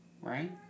Right